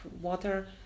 water